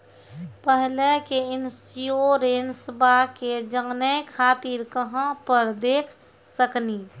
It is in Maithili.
पहले के इंश्योरेंसबा के जाने खातिर कहां पर देख सकनी?